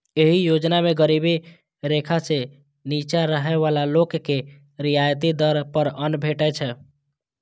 एहि योजना मे गरीबी रेखा सं निच्चा रहै बला लोक के रियायती दर पर अन्न भेटै छै